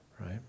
right